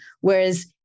Whereas